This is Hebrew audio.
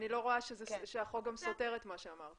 אני לא רואה שהחוק גם סותר את מה שאמרתי.